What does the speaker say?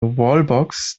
wallbox